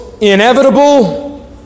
inevitable